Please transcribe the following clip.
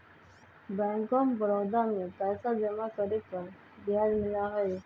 bank of Baroda में पैसा जमा करे पर ब्याज मिला हई